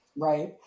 Right